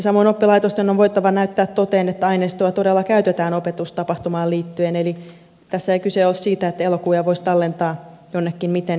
samoin oppilaitosten on voitava näyttää toteen että aineistoa todella käytetään opetustapahtumaan liittyen eli tässä ei kyse ole siitä että elokuvia voisi tallentaa jonnekin miten sattuu